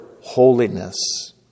holiness